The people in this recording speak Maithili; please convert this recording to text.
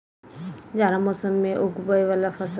जाड़ा मौसम मे उगवय वला फसल?